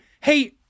hey